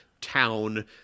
town